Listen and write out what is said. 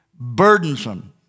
burdensome